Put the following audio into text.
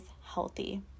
healthy